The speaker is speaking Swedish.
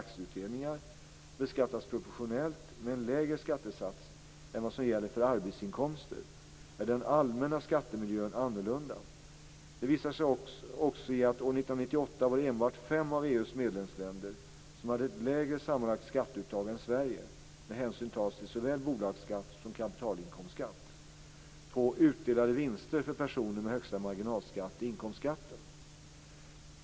aktieutdelningar, beskattas proportionellt med en lägre skattesats än vad som gäller för arbetsinkomster, är den allmänna skattemiljön annorlunda. Det visar sig också i att det år 1998 enbart var fem av EU:s medlemsländer som hade ett lägre sammanlagt skatteuttag än Sverige - när hänsyn tas till såväl bolagsskatt som kapitalinkomstskatt - på utdelade vinster för personer med högsta marginalskatt i inkomstskatten.